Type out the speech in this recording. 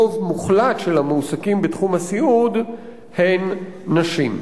רוב מוחלט של המועסקים בתחום הסיעוד הם נשים.